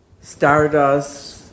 Stardust